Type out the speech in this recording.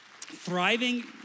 thriving